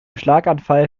schlaganfall